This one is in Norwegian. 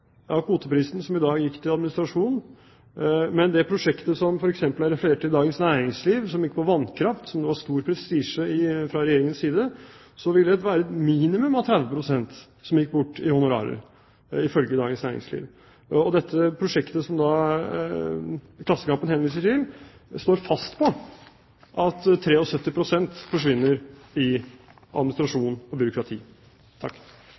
av kvoteprisen i dag går til administrasjon. Men når det gjelder det prosjektet som det f.eks. er referert til i Dagens Næringsliv, som går på vannkraft, og som det er lagt stor prestisje i fra Regjeringens side, vil det være minimum 30 pst. som går til honorarer, ifølge Dagens Næringsliv. Det prosjektet som Klassekampen henviser til, står fast på at 73 pst. forvinner i